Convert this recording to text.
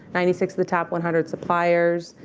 ninety six of the top one hundred suppliers.